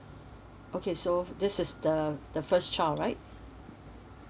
okay so this is the the first child right